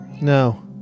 No